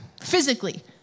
physically